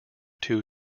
two